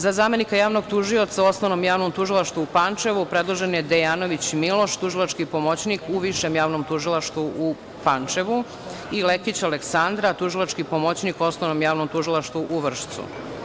Za zamenika javnog tužioca u Osnovnom javnom tužilaštvu u Pančevu predložen je Dejanović Miloš, tužilački pomoćnik u Višem javnom tužilaštvu u Pančevu i Lekić Aleksandra, tužilački pomoćnik u Osnovnom javnom tužilaštvu u Vršcu.